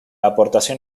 aportación